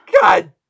God